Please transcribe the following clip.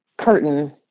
curtain